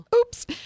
Oops